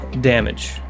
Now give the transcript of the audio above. damage